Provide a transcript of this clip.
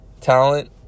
talent